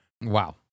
Wow